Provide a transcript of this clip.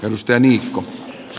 ohjusten iskua